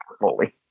fully